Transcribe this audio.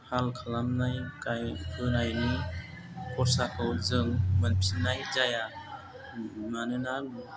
हाल खालामनाय गायबोनायनि खरसाखौ जों मोनफिननाय जाया मानोना